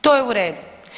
To je u redu.